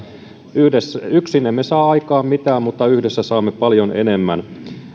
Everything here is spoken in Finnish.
yksin emme saa aikaan mitään mutta yhdessä paljon enemmän